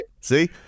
See